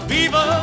Viva